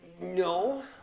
No